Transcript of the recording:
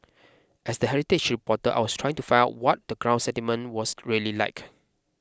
as the heritage reporter I was trying to find out what the ground sentiment was really like